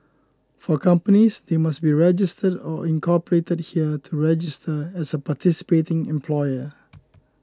for companies they must be registered or incorporated here to register as a participating employer